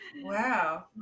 Wow